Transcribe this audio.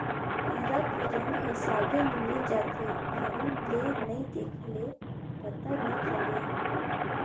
कीरा के रंग ह सागे में मिल जाथे, धियान ले नइ देख ले पता नइ चले